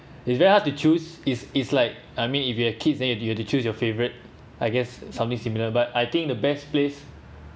is very hard to choose is is like I mean if you are a kid then you have to choose your favorite I guess something similar but I think the best place